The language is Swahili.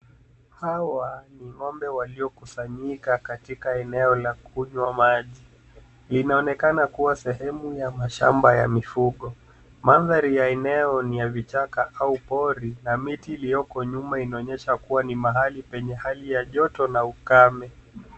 Hawa ni ngombe walio kusanyika katika eneo la kunywa maji. Linaonekana kuwa sehemu ya mashamba ya mifugo . Maandhari ya eneo ni ya vichaka au pori na miti iliyoko nyuma inaonyesha kua ni mahali ya joto na ukame.